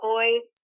Boys